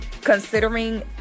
considering